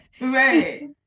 Right